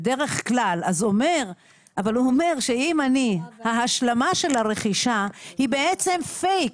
אבל הוא אומר שההשלמה של הרכישה היא פייק,